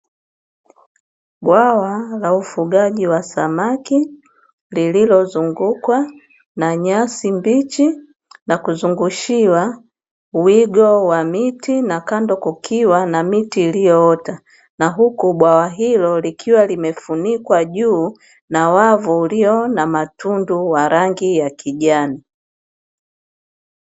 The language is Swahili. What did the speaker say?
Bwawa la ufugaji wa samaki, lililozungukwa na nyasi mbichi na kuzungushiwa wigo wa miti na kando kukiwa na miti iliyoota na huku bwawa hilo likiwa limefunikwa juu na wavu ulio na matundu wa rangi ya kijani.